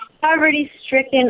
poverty-stricken